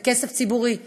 זה כסף ציבורי,